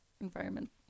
environment